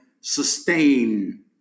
Sustain